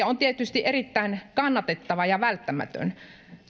on tietysti erittäin kannatettava ja välttämätön